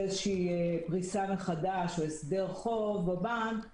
איזו שהיא פריסה מחדש או הסדר חוב בבנק,